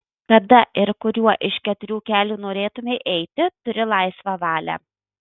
kada ir kuriuo iš keturių kelių norėtumei eiti turi laisvą valią